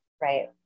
Right